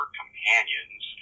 companions